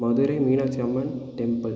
Madurai Meenakshi Amman temple